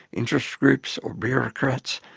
interest groups or bureaucrats,